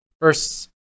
First